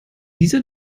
dieser